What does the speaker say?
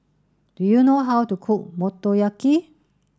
do you know how to cook Motoyaki